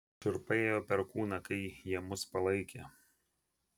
šiurpai ėjo per kūną kaip jie mus palaikė